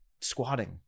squatting